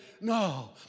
no